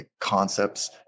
concepts